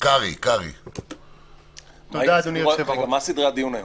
מה סדר היום?